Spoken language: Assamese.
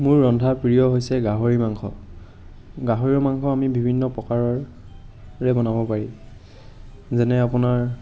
মোৰ ৰন্ধা প্ৰিয় হৈছে গাহৰি মাংস গাহৰি মাংস আমি বিভিন্ন প্ৰকাৰৰে বনাব পাৰি যেনে আপোনাৰ